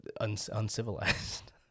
uncivilized